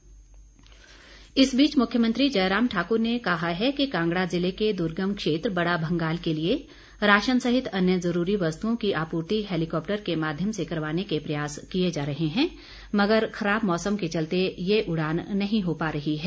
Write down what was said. म्ख्यमंत्री चम्बा इस बीच मुख्यमंत्री जयराम ठाकुर ने कहा कि कांगड़ा जिले के दुर्गम क्षेत्र बड़ा भंगाल के लिए राशन सहित अन्य ज़रूरी वस्तुओं की आपूर्ति हैलीकॉप्टर के माध्यम से करवाने के प्रयास किए जा रहे हैं मगर खराब मौसम के चलते ये उड़ान नहीं हो पाई है